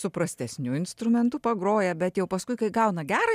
su prastesniu instrumentu pagroja bet jau paskui kai gauna gerą